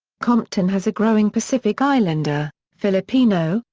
compton has a growing pacific islander, filipino,